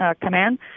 command